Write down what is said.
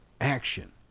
action